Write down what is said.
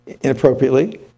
inappropriately